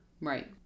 Right